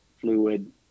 fluid